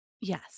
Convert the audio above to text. Yes